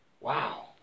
Wow